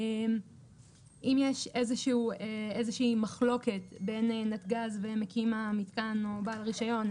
אם יש איזושהי מחלוקת בין נתג"ז ומקים המיתקן או בעל הרישיון,